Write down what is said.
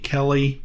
Kelly